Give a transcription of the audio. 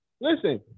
listen